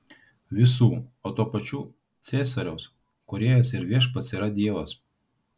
visų o tuo pačiu ciesoriaus kūrėjas ir viešpats yra dievas